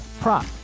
prop